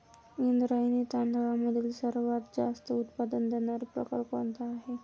इंद्रायणी तांदळामधील सर्वात जास्त उत्पादन देणारा प्रकार कोणता आहे?